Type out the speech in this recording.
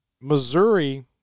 Missouri